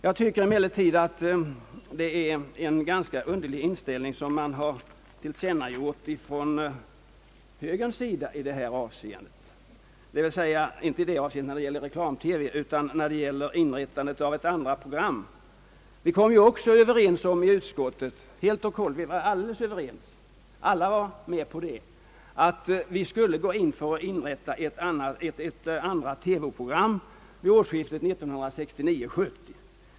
Jag tycker emellertid att högern har tillkännagivit en ganska underlig inställning när det gäller inrättandet av ett andra program. Vi var samtliga inom utskottet helt överens om att gå in för inrättandet av ett andra program vid årsskiftet 1969—1970.